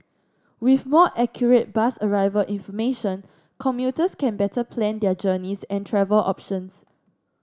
with more accurate bus arrival information commuters can better plan their journeys and travel options